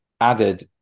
added